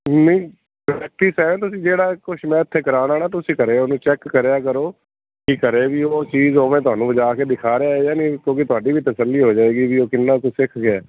ਨਹੀਂ ਪ੍ਰੈਕਟਿਸ ਹੈ ਤੁਸੀਂ ਜਿਹੜਾ ਕੁਛ ਮੈਂ ਇੱਥੇ ਕਰਾਉਣਾ ਤੁਸੀਂ ਘਰੇ ਉਹਨੂੰ ਚੈੱਕ ਕਰਿਆ ਕਰੋ ਕਿ ਘਰੇ ਵੀ ਉਹ ਚੀਜ਼ ਉਵੇਂ ਤੁਹਾਨੂੰ ਵਜਾ ਕੇ ਦਿਖਾ ਰਿਹਾ ਜਾਂ ਨਹੀਂ ਕਿਉਂਕਿ ਤੁਹਾਡੀ ਵੀ ਤਸੱਲੀ ਹੋ ਜਾਏਗੀ ਵੀ ਉਹ ਕਿੰਨਾ ਕੁ ਸਿੱਖ ਗਿਆ